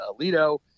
Alito